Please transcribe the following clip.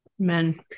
Amen